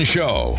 Show